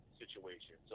situation